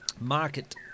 Market